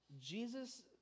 Jesus